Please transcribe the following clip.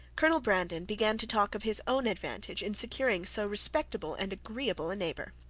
colonel brandon began to talk of his own advantage in securing so respectable and agreeable a neighbour,